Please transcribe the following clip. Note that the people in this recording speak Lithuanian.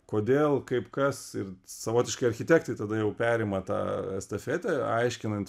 kodėl kaip kas ir savotiškai architektai tada jau perima tą estafetę aiškinant